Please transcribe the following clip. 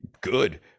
good